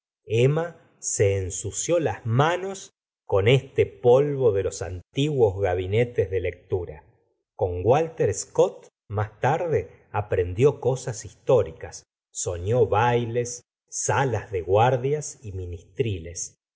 se ensució las manos con este polvo de los antiguos gabinetes de lectura con walter scott mas tarde aprendió cosas históricas soñó bailes sala de guardias y ministriles